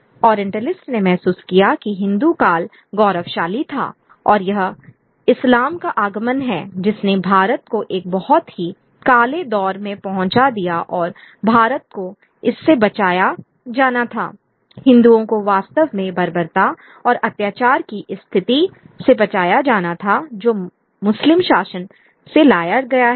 orientalist ने महसूस किया कि हिंदू काल गौरवशाली था और यह इस्लाम का आगमन है जिसने भारत को एक बहुत ही काले दौर में पहुंचा दिया और भारत को इससे बचाया जाना था हिंदुओं को वास्तव में बर्बरता और अत्याचार की इस स्थिति से बचाया जाना था जो मुस्लिम शासन से लाया गया था